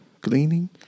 gleaning